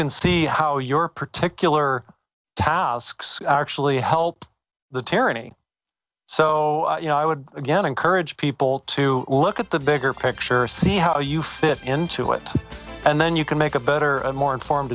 can see how your particular tasks actually help the tearing so you know i would again encourage people to look at the bigger picture see how you fit into it and then you can make a better and more informed